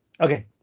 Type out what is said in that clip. Okay